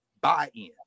buy-in